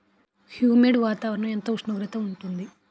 Humid వాతావరణం ఎంత ఉష్ణోగ్రత ఉంటుంది?